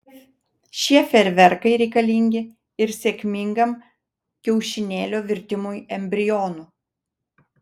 šie fejerverkai reikalingi ir sėkmingam kiaušinėlio virtimui embrionu